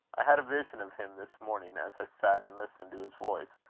i had a vision of him this morning as i sat and listened to his voice,